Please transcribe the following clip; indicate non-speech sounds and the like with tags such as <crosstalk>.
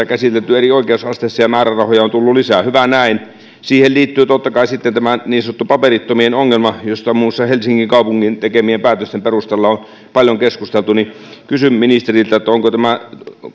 <unintelligible> käsitelty eri oikeusasteissa ja määrärahoja on tullut lisää hyvä näin siihen liittyy totta kai sitten tämä niin sanottu paperittomien ongelma josta muun muassa helsingin kaupungin tekemien päätösten perusteella on paljon keskusteltu ja kysyn ministeriltä onko suunnitelmia tulevalle vuodelle että